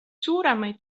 suuremaid